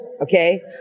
Okay